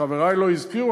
חברי לא הזכירו,